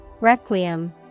Requiem